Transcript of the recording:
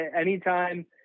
anytime